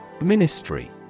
Ministry